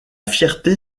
fierté